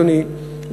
אדוני,